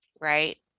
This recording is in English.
right